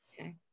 okay